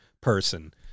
person